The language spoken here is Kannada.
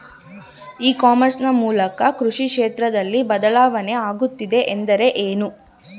ಇ ಕಾಮರ್ಸ್ ನ ಮೂಲಕ ಕೃಷಿ ಕ್ಷೇತ್ರದಲ್ಲಿ ಬದಲಾವಣೆ ಆಗುತ್ತಿದೆ ಎಂದರೆ ಏನು?